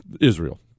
Israel